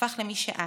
הפך למי שאת.